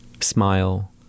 smile